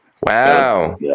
Wow